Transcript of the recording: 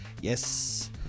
Yes